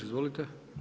Izvolite.